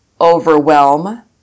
overwhelm